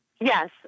Yes